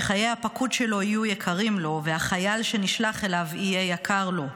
שחיי הפקוד שלו יהיו יקרים לו והחייל שנשלח אליו יהיה יקר לו,